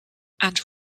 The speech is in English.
and